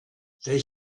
they